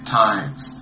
times